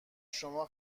شما